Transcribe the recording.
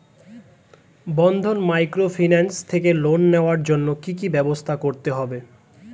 বন্ধন microfinance থেকে loan নেওয়ার জন্য কি কি ব্যবস্থা করতে হবে?